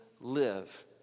live